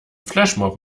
flashmob